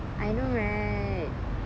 I know right